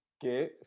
Que